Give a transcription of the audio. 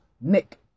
Nick